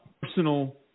personal